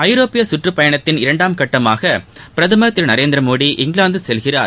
ஐரோப்பிய கற்றப்பயணத்தின் இரண்டாம் கட்டமாக பிரதமர் திரு நரேந்திரமோடி இங்கிலாந்து செல்கிறார்